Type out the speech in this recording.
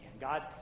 God